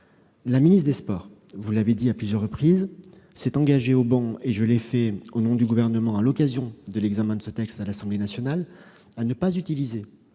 la ministre des sports, vous l'avez dit à plusieurs reprises, s'est engagée au banc et je l'ai fait, au nom du Gouvernement, à l'occasion de l'examen de ce texte à l'Assemblée nationale, à ne pas utiliser